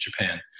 Japan